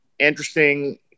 interesting